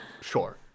Sure